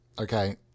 Okay